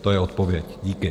To je odpověď, díky.